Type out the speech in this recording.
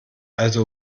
also